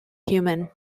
human